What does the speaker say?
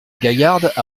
gaillarde